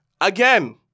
Again